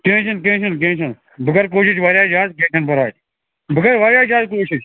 کیٚںٛہہ چھِنہٕ کیٚنٛہہ چھِنہٕ کیٚنٛہہ چھِنہٕ بہٕ کَرٕ کوٗشِش واریاہ زیادٕ کیٚںٛہہ چھِنہٕ پَرواے بہٕ کَرٕ واریاہ زیادٕ کوٗشِش